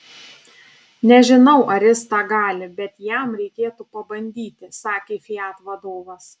nežinau ar jis tą gali bet jam reikėtų pabandyti sakė fiat vadovas